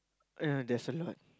yeah there's a lot